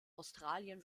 australien